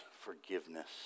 forgiveness